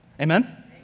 Amen